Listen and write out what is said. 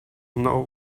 know